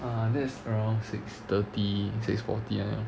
uh that's around six thirty six forty like that